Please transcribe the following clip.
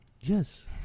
Yes